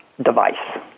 device